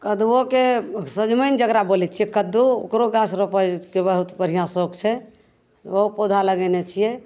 कदबोके सजमनि जकरा बोलै छिए कद्दू ओकरो गाछ रोपैके बहुत बढ़िआँ सौख छै ओहो पौधा लगेने छिए